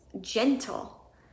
gentle